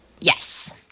Yes